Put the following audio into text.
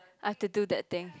I have to do that thing